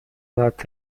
nad